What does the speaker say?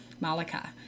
Malika